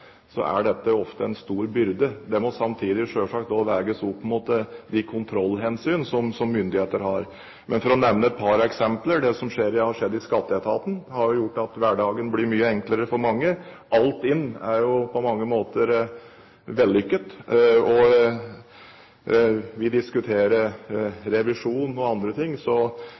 dette ofte en stor byrde. Det må samtidig selvsagt også veies opp mot de kontrollhensyn som myndighetene har. For å nevne et par eksempler: Det som har skjedd i Skatteetaten, har gjort at hverdagen blir mye enklere for mange. Altinn er på mange måter vellykket, og vi diskuterer revisjon og andre ting. Så